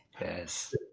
Yes